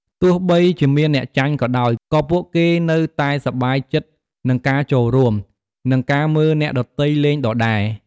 ទោះបីជាមានអ្នកចាញ់ក៏ដោយ ក៏ពួកគេនៅតែសប្បាយចិត្តនឹងការចូលរួម និងការមើលអ្នកដទៃលេងដដែល។